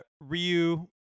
Ryu